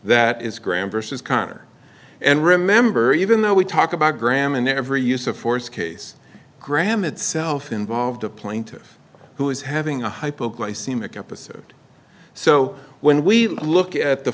that is graham versus conner and remember even though we talk about graham and every use of force case graham itself involved a plaintiff who is having a hypoglycemic episode so when we look at the